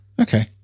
Okay